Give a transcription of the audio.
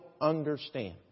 understand